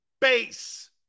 base